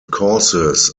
causes